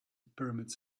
pyramids